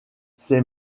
ces